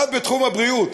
1. בתחום הבריאות.